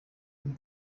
uyu